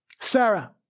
Sarah